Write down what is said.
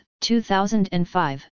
2005